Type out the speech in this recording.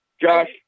Josh